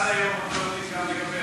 עד היום עוד לא יודעים גם לגבי,